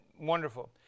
Wonderful